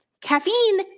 Caffeine